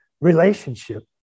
relationship